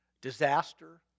Disaster